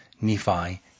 Nephi